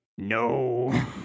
No